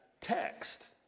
text